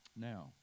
Now